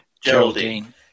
Geraldine